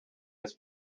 his